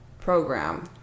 program